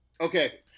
Okay